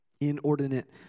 Inordinate